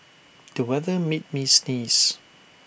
the weather made me sneeze